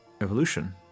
evolution